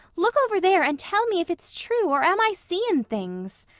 look over there and tell me if it's true, or am i seein' things?